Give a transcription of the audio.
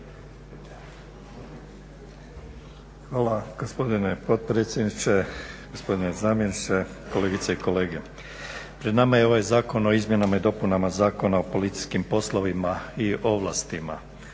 Hvala gospodine potpredsjedniče, gospodine zamjeniče, kolegice i kolege. Pred nama je ovaj zakon o izmjenama i dopunama Zakona o policijskim poslovima i ovlastima.